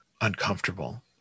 uncomfortable